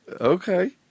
Okay